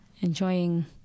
enjoying